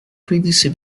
previously